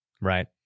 Right